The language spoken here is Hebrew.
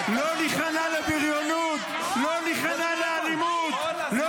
לא ניכנע לבריונות, לא ניכנע לאלימות.